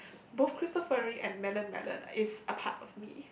both cristofori and melon melon is a part of me